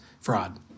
fraud